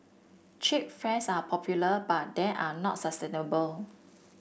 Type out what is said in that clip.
cheap fares are popular but they are not sustainable